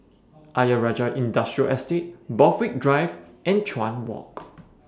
Ayer Rajah Industrial Estate Borthwick Drive and Chuan Walk